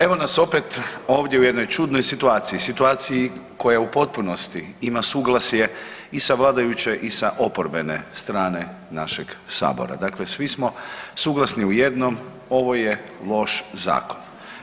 Evo nas opet ovdje u jednoj čudnoj situaciji, situaciji koja u potpunosti ima suglasje i sa vladajuće i sa oporbene strane našeg Sabora, dakle svi smo suglasni u jednom, ovo je loš zakon.